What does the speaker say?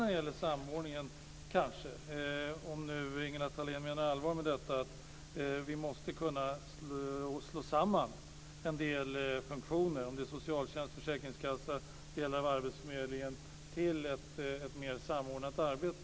Det gäller kanske inte samordningen, om nu Ingela Thalén menar allvar med att vi måste kunna slå samman en del funktioner, socialtjänsten, försäkringskassan, delar av arbetsförmedlingen - så att det blir ett mer samordnat arbete.